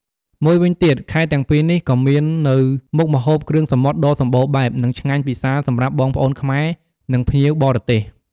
មួយវិញទៀត ខេត្តទាំងពីរនេះក៏មាននៅមុខម្ហូបគ្រឿងសមុទ្រដ៏សម្បូរបែប និងឆ្ងាញ់ពិសារសម្រាប់បងប្អូនខ្មែរ និងភ្ញៀវបរទេស។